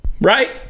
Right